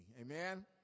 Amen